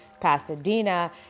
Pasadena